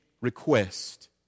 request